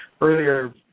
earlier